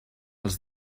els